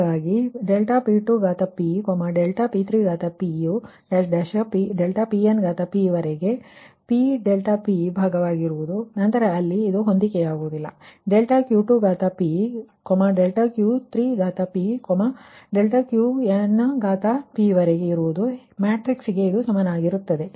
ಆದ್ದರಿಂದ ಇದು ∆P2 ∆P3 ∆Pn ವರೆಗೆ ಇದು p∆P ಭಾಗವಾಗಿರುತ್ತದೆ ಮತ್ತು ನಂತರ ಅಲ್ಲಿ ಹೊಂದಿಕೆಯಾಗುವುದಿಲ್ಲ ಮತ್ತು ∆Q2 ∆Q3 ∆Qn ವರೆಗೆ ಇರುತ್ತದೆ ಮ್ಯಾಟ್ರಿಕ್ಸ್ ಗೆ ಸಮಾನವಾಗಿರುತ್ತದೆ